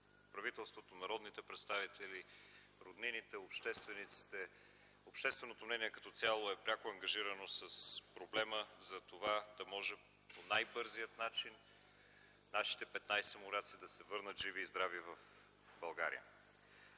правителството, народните представители, роднините, обществениците, общественото мнение като цяло е пряко ангажирано с проблема за това да може по най-бързия начин нашите 15 моряци да се върнат живи и здрави в България.